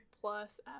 plus